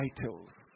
titles